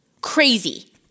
Crazy